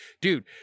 dude